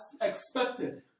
expected